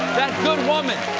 that good woman!